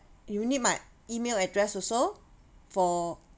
you need my email address also for